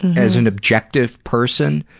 as an objective person,